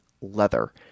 leather